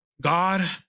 God